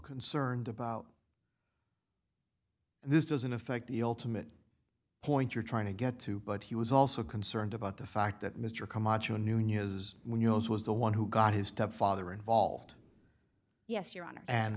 concerned about and this doesn't affect the ultimate point you're trying to get to but he was also concerned about the fact that mr camacho a new new is when you know as was the one who got his stepfather involved yes your honor and